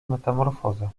metamorfoza